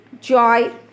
joy